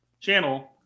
channel